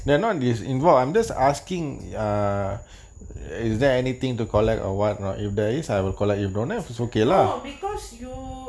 no because you